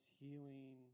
healing